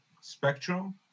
spectrum